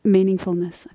Meaningfulness